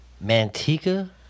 Manteca